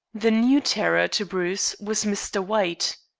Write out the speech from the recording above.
the new terror to bruce was mr. white.